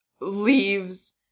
leaves